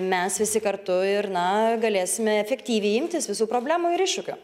mes visi kartu ir na galėsime efektyviai imtis visų problemų ir iššūkių